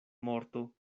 morto